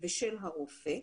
ושל הרופא.